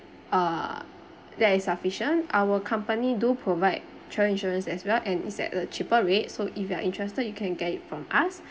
uh that is sufficient our company do provide travel insurance as well and is at a cheaper rate so if you are interested you can get it from us